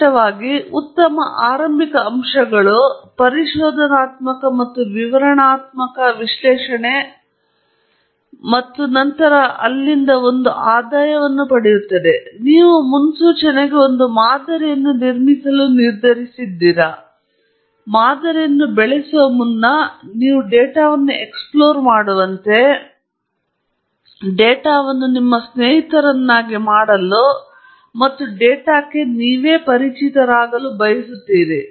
ವಿಶಿಷ್ಟವಾಗಿ ಉತ್ತಮ ಆರಂಭಿಕ ಅಂಶಗಳು ಪರಿಶೋಧನಾತ್ಮಕ ಮತ್ತು ವಿವರಣಾತ್ಮಕ ವಿಶ್ಲೇಷಣೆ ಮತ್ತು ನಂತರ ಅಲ್ಲಿಂದ ಒಂದು ಆದಾಯವನ್ನು ಪಡೆಯುತ್ತದೆ ನೀವು ಮುನ್ಸೂಚನೆಗೆ ಒಂದು ಮಾದರಿಯನ್ನು ನಿರ್ಮಿಸಲು ನೀವು ನಿರ್ಧರಿಸಿದ್ದೀರಾ ಸಹ ನೀವು ಡೇಟಾವನ್ನು ಎಕ್ಸ್ಪ್ಲೋರ್ ಮಾಡುವಂತೆ ಡೇಟಾವನ್ನು ನೀವು ಸ್ನೇಹಿತರನ್ನಾಗಿ ಮಾಡಲು ಮತ್ತು ಡೇಟಾವನ್ನು ನೀವೇ ಪರಿಚಿತರಾಗಿರುವಿರಿ ನೀವು ಮಾದರಿಯನ್ನು ಬೆಳೆಸುವ ಮುನ್ನ ಉದಾಹರಣೆಗೆ